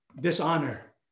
dishonor